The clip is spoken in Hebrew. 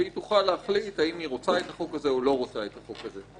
תוכל להחליט אם היא רוצה את החוק הזה או לא רוצה את החוק הזה.